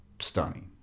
stunning